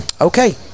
okay